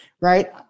right